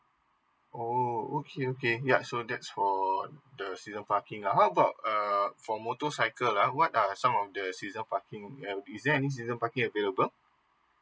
oh okay okay ya so that's for um the sea a parking up up uh for motorcycle are what are some of the season parking is there any season parking available